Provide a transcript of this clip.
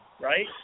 right